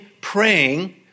praying